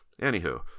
anywho